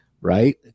right